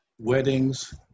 weddings